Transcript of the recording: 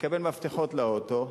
מקבל מפתחות לאוטו,